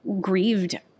grieved